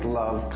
love